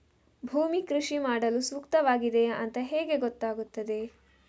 ಭೂಮಿ ಕೃಷಿ ಮಾಡಲು ಸೂಕ್ತವಾಗಿದೆಯಾ ಅಂತ ಹೇಗೆ ಗೊತ್ತಾಗುತ್ತದೆ?